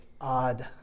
odd